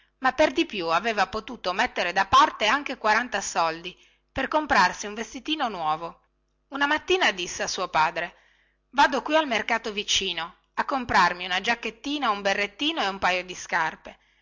ma per di più aveva potuto mettere da parte anche quaranta soldi per comprarsi un vestitino nuovo una mattina disse a suo padre vado qui al mercato vicino a comprarmi una giacchettina un berrettino e un paio di scarpe